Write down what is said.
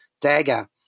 Dagger